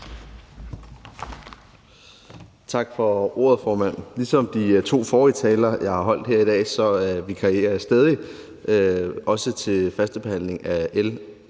Tak for ordet, formand. Ligesom ved de to forrige taler, jeg har holdt her i dag, vikarierer jeg stadig også ved førstebehandlingen af L